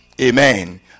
Amen